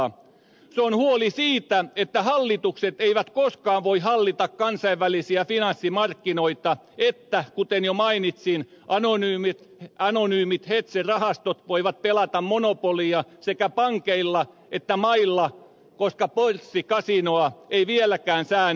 se on huoli siitä että hallitukset eivät koskaan voi hallita kansainvälisiä finanssimarkkinoita että kuten jo mainitsin anonyymit hedge rahastot voivat pelata monopolia sekä pankeilla että mailla koska pörssikasinoa ei vieläkään säännellä